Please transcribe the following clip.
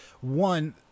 one –